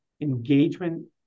engagement